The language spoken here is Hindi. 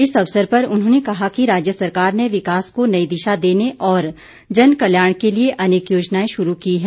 इस अवसर पर उन्होंने कहा कि राज्य सरकार ने विकास को नई दिशा देने और जन कल्याण के लिए अनेक योजनाएं शुरू की हैं